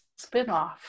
spinoff